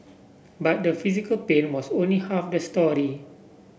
but the physical pain was only half the story